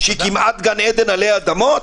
שהיא כמעט גן עדן עלי אדמות?